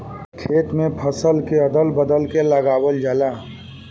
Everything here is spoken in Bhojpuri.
खेत में फसल के अदल बदल के लगावल जाला